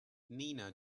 nina